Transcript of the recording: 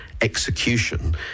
execution